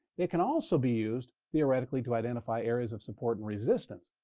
it can also be used, theoretically, to identify areas of support and resistance.